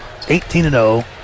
18-0